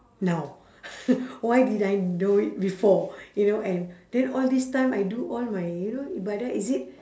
now why didn't I know it before you know and then all this time I do all my you know ibadah is it